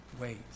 wait